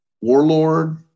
Warlord